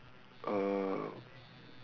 uh